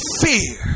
fear